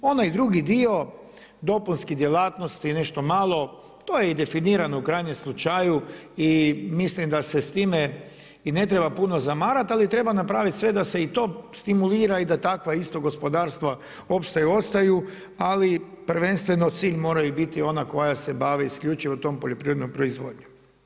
Onaj drugi dio, dopunskih djelatnosti, nešto malo to je i definirano u krajnjem slučaju i mislim da se s time i ne treba puno zamarat ali treba napraviti sve da se i to stimulira i da takva isto gospodarstva opstanu, ostaju, ali prvenstveno cilj moraju biti ona koja se bave isključivo tom poljoprivrednom proizvodnjom.